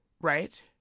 Right